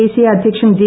ദേശീയ അധ്യക്ഷൻ ജെ